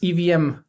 EVM